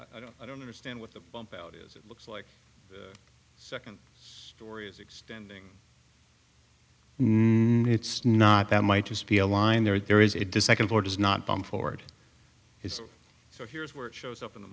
of i don't i don't understand what the bump out is it looks like the second story is extending it's not that might just be a line there are there is it to second floor does not come forward so here is where it shows up in the